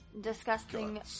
Disgusting